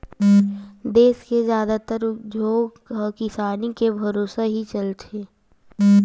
देस के जादातर उद्योग ह किसानी के भरोसा ही चलत हे